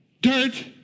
dirt